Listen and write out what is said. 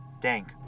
dank